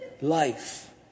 life